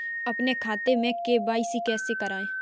अपने खाते में के.वाई.सी कैसे कराएँ?